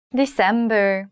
december